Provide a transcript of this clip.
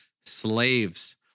slaves